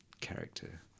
character